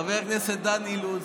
חבר הכנסת דן אילוז,